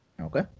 Okay